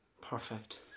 Perfect